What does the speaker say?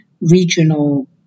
regional